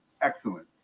excellent